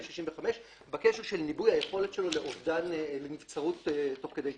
65 בקשר של ניבוי היכולת שלו לנבצרות תוך כדי טיסה,